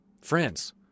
Friends